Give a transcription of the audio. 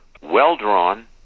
well-drawn